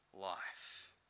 life